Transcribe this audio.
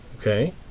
okay